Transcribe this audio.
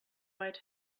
might